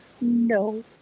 no